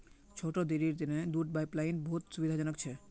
छोटा डेरीर तने दूध पाइपलाइन बहुत सुविधाजनक छ